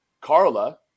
Carla